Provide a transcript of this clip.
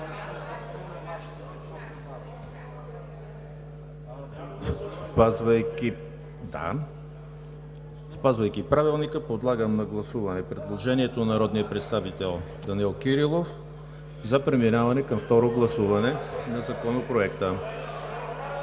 Спазвайки Правилника, подлагам на гласуване предложението на народния представител Данаил Кирилов за преминаване към второ гласуване на Законопроекта.